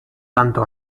tanto